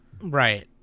Right